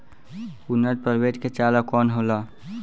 उन्नत प्रभेद के चारा कौन होला?